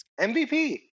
mvp